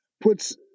puts